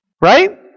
Right